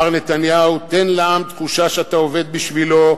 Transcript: מר נתניהו, תן לעם תחושה שאתה עובד בשבילו,